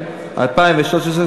הרווחה והבריאות.